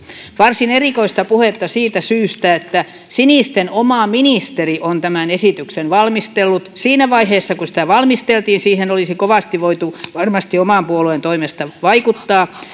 varsin erikoista puhetta siitä syystä että sinisten oma ministeri on tämän esityksen valmistellut siinä vaiheessa kun sitä valmisteltiin siihen olisi kovasti voitu varmasti oman puolueen toimesta vaikuttaa